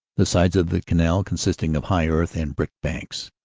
the sides of the canal con sisting of high earth and brick banks.